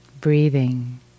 breathing